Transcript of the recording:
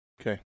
Okay